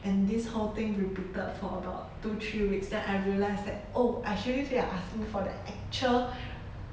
and this whole thing repeated for about two three weeks then I realised that oh actually they are asking for the actual